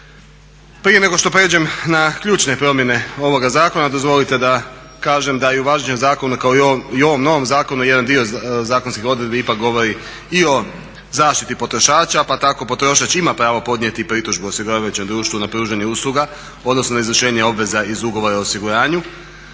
Prije nego što prijeđem na ključne promjene ovoga zakona dozvolite da kažem da i u važećem zakonu kao i u ovom novom zakonu jedan dio zakonskih odredbi ipak govori i o zaštiti potrošača pa tako potrošač ima pravo podnijeti pritužbu osiguravajućem društvu na pružanje usluga, odnosno izvršenje obveza iz ugovora o osiguranju.